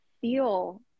feel